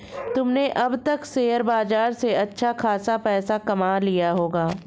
तुमने अब तक शेयर बाजार से अच्छा खासा पैसा कमा लिया होगा